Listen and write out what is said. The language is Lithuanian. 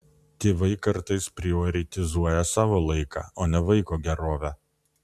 tėvai kartais prioritizuoja savo laiką o ne vaiko gerovę